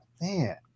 Man